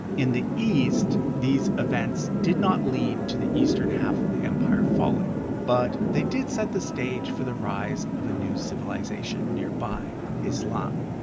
in the east, these events did not lead to the eastern half of the empire falling but they did set the stage for the rise of a new civilization nearby islam.